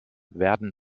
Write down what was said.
werden